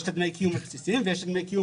יש את דמי הקיום הבסיסיים ויש את דמי הקיום